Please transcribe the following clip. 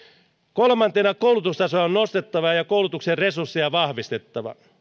kolmantena koulutustasoa on nostettava ja koulutuksen resursseja vahvistettava